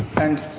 and,